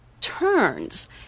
turns